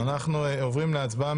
אנחנו עוברים להצבעה.